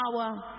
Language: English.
power